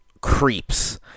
creeps